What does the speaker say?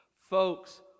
Folks